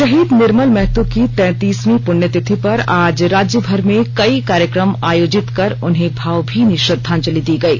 शहीद निर्मल महतो की तैतीसवीं प्ण्यतिथि पर आज राज्यभर में कई कार्यक्रम आयोजित कर उन्हें भावभीनी श्रद्धांजलि दी गयी